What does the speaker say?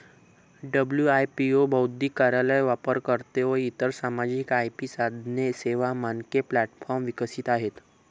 WIPO बौद्धिक कार्यालय, वापरकर्ते व इतर सामायिक आय.पी साधने, सेवा, मानके प्लॅटफॉर्म विकसित होते